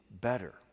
better